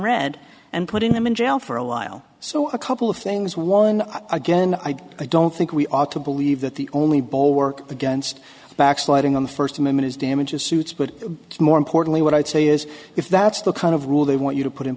red and put him in jail for a while so a couple of things one again i i don't think we ought to believe that the only ball work against backsliding on the first amendment is damages suits but more importantly what i'd say is if that's the kind of rule they want you to put in